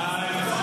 די.